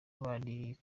bari